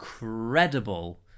incredible